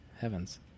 heavens